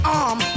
arm